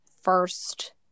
first